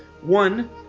One